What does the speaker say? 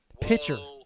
pitcher